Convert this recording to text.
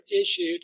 issued